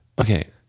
okay